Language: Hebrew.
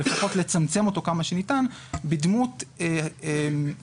אלא לפחות לצמצם אותו כמה שניתן בדמות כל